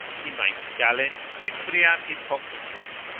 he makes galen fimbriam hippocratis,